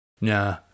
Nah